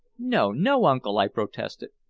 no, no, uncle, i protested.